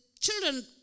children